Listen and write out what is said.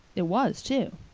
it was, too.